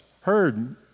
heard